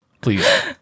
Please